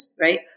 right